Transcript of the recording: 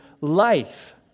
life